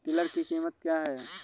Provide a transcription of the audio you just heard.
Tiller की कीमत क्या है?